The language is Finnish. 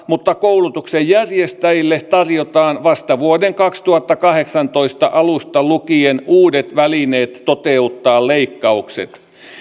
mutta koulutuksen järjestäjille tarjotaan vasta vuoden kaksituhattakahdeksantoista alusta lukien uudet välineet toteuttaa leikkaukset